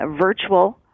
virtual